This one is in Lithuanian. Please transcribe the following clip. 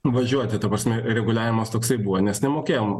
važiuoti ta prasme reguliavimas toksai buvo nes nemokėjom